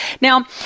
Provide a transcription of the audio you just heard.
now